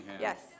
Yes